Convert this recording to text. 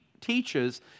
teaches